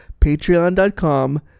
patreon.com